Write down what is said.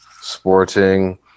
Sporting